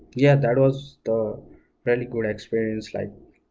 yeah that was the really good experience like